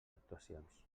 actuacions